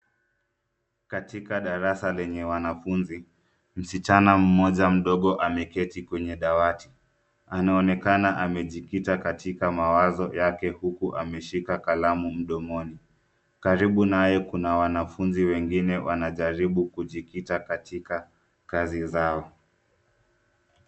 Katika darasa lenye wanafunzi , msichana mmoja mdogo ameketi kwenye dawati. Anaonekana amejikita katika mawazo yake huku ameshika kalamu mdomoni. Karibu naye kuna wanafunzi wengine wanajaribu kujikita kwenye kazi zao.